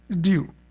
due